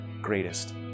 greatest